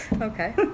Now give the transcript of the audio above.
Okay